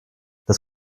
das